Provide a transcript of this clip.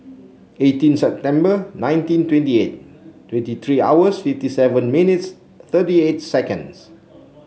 eighteen September nineteen twenty eight twenty three hours fifty seven minutes thirty eight seconds